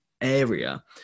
area